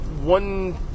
one